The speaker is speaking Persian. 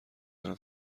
دارم